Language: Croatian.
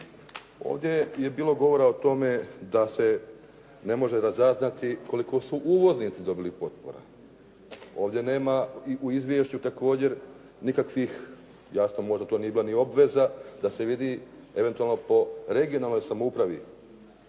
Ovdje je bilo govora o tome, da se ne može razaznati koliko su uvoznici dobili potpora. Ovdje nema u izvješću također nikakvih, jasno to možda nije bila ni obveza, da se vidi eventualno po regionalnoj samoupravi,